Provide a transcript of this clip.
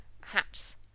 Hats